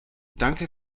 danke